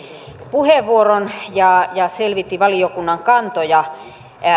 puheenvuoron ja selvitti valiokunnan kantoja